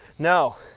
no,